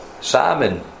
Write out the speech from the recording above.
Simon